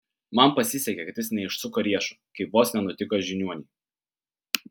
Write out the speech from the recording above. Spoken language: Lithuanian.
man pasisekė kad jis neišsuko riešo kaip vos nenutiko žiniuonei